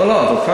לא, לא.